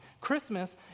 Christmas